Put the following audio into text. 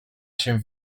się